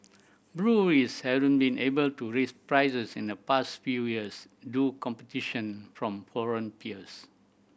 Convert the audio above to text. breweries hadn't been able to raise prices in the past few years due competition from foreign peers